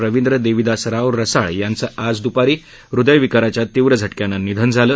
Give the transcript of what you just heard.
रविंद्र देवीदासराव रसाळ यांचं आज दुपारी हृदयविकाराच्या तीव्र झटक्यानं निधन झालं